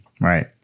Right